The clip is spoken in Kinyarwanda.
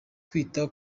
kwita